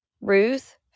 Ruth